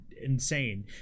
insane